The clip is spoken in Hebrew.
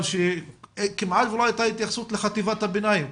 שכמעט ולא הייתה התייחסות לחטיבת הביניים,